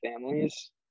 families